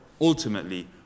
ultimately